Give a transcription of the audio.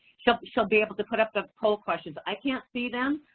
she'll be she'll be able to put up the poll question. i can't see them,